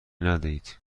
ندهید